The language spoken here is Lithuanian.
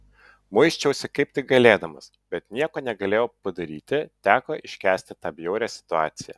muisčiausi kaip tik galėdamas bet nieko negalėjau padaryti teko iškęsti tą bjaurią situaciją